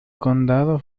condado